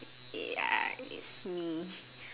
ya it's me